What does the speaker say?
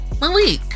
Malik